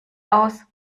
aus